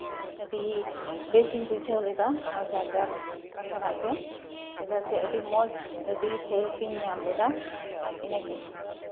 ᱟᱹᱰᱤ ᱵᱮᱥᱤᱧ ᱵᱩᱡᱷᱟᱹᱣ ᱞᱮᱫᱟ ᱱᱚᱣᱟ ᱪᱟᱨᱡᱟᱨ ᱛᱮ ᱪᱮᱫᱟᱜ ᱥᱮ ᱟᱹᱰᱤ ᱢᱚᱡᱽ ᱟᱹᱰᱤ ᱦᱮᱞᱯ ᱤᱧ ᱧᱟᱢ ᱞᱮᱫᱟ ᱤᱱᱟᱹᱜᱮ